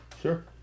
Sure